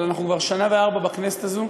אבל אנחנו כבר שנה וארבעה חודשים בכנסת הזאת,